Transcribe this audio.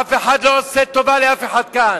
אף אחד לא עושה לאף אחד טובה כאן.